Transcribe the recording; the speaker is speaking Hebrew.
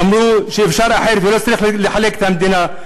אמרו שאפשר אחרת ולא צריך לחלק את המדינה.